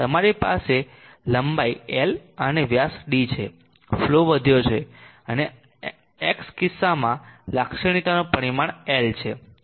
તમારી લંબાઈ l અને વ્યાસ d છે ફલો વધ્યો છે અને X આ કિસ્સામાં લાક્ષણિકતાઓનું પરિમાણ l છે